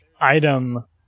item